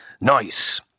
nice